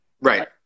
Right